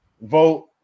Vote